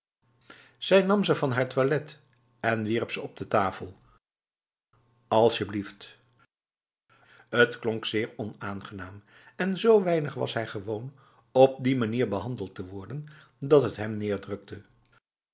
zij nam ze van haar toilet en wierp ze op de tafel asjeblieft t klonk zeer onaangenaam en zo weinig was hij gewoon op die manier behandeld te worden dat het hem